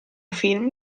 film